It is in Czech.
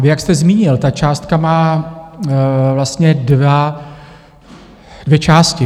Jak jste zmínil, ta částka má vlastně dvě části.